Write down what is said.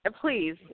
please